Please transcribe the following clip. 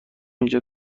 اینجا